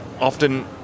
often